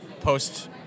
post